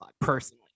personally